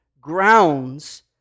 grounds